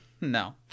No